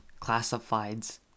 classifieds